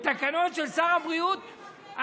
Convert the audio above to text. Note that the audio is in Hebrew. בתקנות של שר הבריאות,